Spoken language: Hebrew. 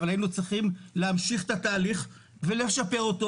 אבל היינו צריכים להמשיך את התהליך ולשפר אותו,